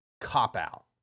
cop-out